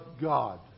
God